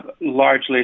largely